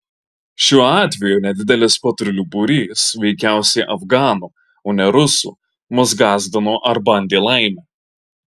šiuo atveju nedidelis patrulių būrys veikiausiai afganų o ne rusų mus gąsdino ar bandė laimę